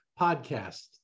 podcast